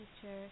teacher